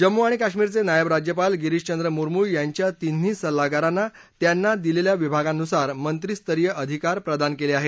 जम्मू आणि काश्मीरचे नायब राज्यपाल गिरीशचंद्र मुरमू यांच्या तिन्ही सल्लागारांना त्यांना दिलेल्या विभागांनुसार मंत्रीस्तरीय अधिकार प्रदान केले आहेत